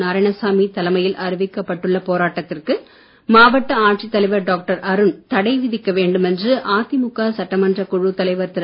நாராயணசாமி தலைமையில் அறிவிக்கப்பட்டுள்ள போராட்டத்திற்கு மாவட்ட ஆட்சித்தலைவர் டாக்டர் அருண் தடை விதிக்க வேண்டும் என்று அதிமுக சட்டமன்றக்குழுத் தலைவர் திரு